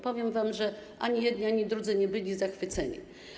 Powiem wam, że ani jedni, ani drudzy nie byli zachwyceni.